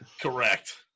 Correct